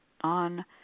on